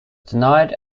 denied